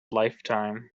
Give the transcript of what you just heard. lifetime